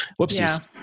whoopsies